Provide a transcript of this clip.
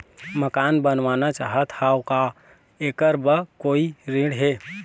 मकान बनवाना चाहत हाव, का ऐकर बर कोई ऋण हे?